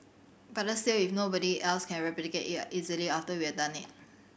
better still if nobody else can replicate it easily after we have done it